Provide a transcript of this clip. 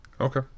Okay